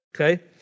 Okay